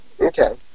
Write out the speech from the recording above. okay